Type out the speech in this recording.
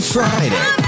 Friday